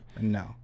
No